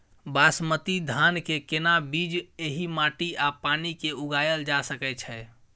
बासमती धान के केना बीज एहि माटी आ पानी मे उगायल जा सकै छै?